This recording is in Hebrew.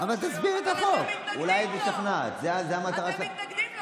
אתם מתנגדים לו.